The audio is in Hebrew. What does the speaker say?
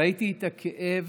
ראיתי את הכאב